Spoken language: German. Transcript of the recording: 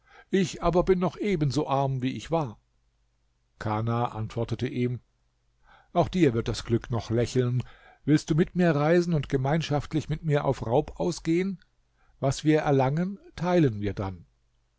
ich aber bin noch ebenso arm wie ich war kana antwortete ihm auch dir wird das glück noch lächeln willst du mit mir reisen und gemeinschaftlich mit mir auf raub ausgeben was wir erlangen teilen wir dann